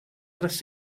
tres